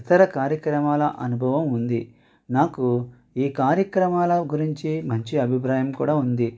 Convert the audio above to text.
ఇతర కార్యక్రమాల అనుభవం ఉంది నాకు ఈ కార్యక్రమాల గురించి మంచి అభిప్రాయం కూడా ఉంది